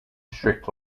strict